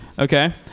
Okay